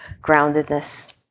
groundedness